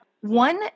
One